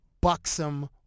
buxom